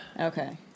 okay